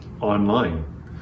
Online